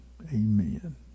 Amen